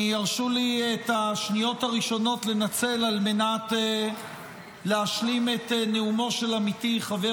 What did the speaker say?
הרשו לי לנצל את השניות הראשונות על מנת להשלים את נאומו של עמיתי חבר